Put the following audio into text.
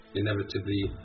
inevitably